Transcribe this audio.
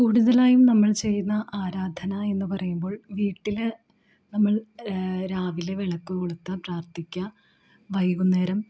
കൂടുതലായും നമ്മൾ ചെയ്യുന്ന ആരാധന എന്ന് പറയുമ്പോൾ വീട്ടില് നമ്മൾ രാവിലെ വിളക്ക് കൊളുത്തുക പ്രാർത്ഥിക്കുക വൈകുന്നേരം